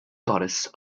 goddess